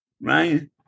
right